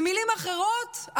במילים אחרות,